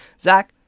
Zach